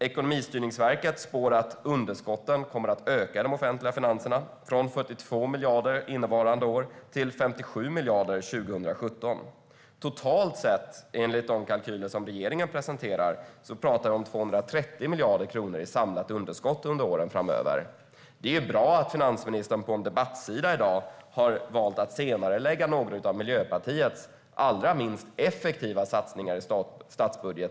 Ekonomistyrningsverket spår att underskotten kommer att öka de offentliga finanserna, från 42 miljarder innevarande år till 57 miljarder 2017. Totalt sett, enligt de kalkyler som regeringen presenterar, talar vi om 230 miljarder kronor i samlat underskott under åren framöver. Det är bra att finansministern på en debattsida i dag meddelar att hon har valt att senarelägga några av Miljöpartiets allra minst effektiva satsningar i statsbudgeten.